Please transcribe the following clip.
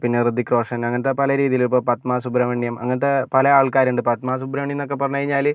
പിന്നെ ഹൃതിക് റോഷൻ അങ്ങനത്തെ പല രീതിയിൽ ഇപ്പോൾ പത്മാ സുബ്രഹ്മണ്യം അങ്ങനത്തെ പല ആൾകാർ ഉണ്ട് പത്മാ സുബ്രഹ്മണ്യം എന്നൊക്കെ പറഞ്ഞ് കഴിഞ്ഞാൽ